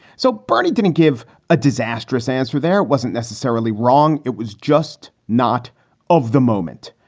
so bernie didn't give a disastrous answer. there wasn't necessarily wrong. it was just not of the moment.